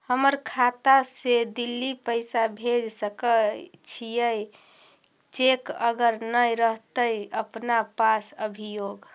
हमर खाता से दिल्ली पैसा भेज सकै छियै चेक अगर नय रहतै अपना पास अभियोग?